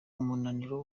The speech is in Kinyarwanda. umunaniro